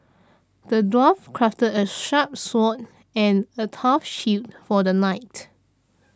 the dwarf crafted a sharp sword and a tough shield for the knight